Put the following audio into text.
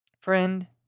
Friend